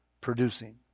producing